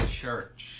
church